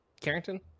Carrington